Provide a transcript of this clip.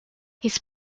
his